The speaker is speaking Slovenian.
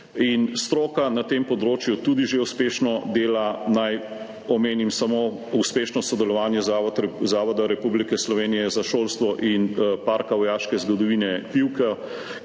Stroka na tem področju tudi že uspešno dela. Naj omenim samo uspešno sodelovanje Zavoda Republike Slovenije za šolstvo in Parka vojaške zgodovine Pivka,